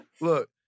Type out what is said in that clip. look